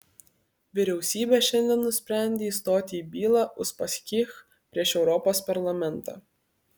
vyriausybė šiandien nusprendė įstoti į bylą uspaskich prieš europos parlamentą